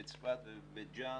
בצפת, בבית ג'אן,